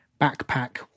backpack